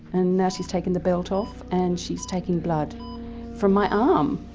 and now she is taking the belt off and she is taking blood from my um